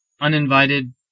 Uninvited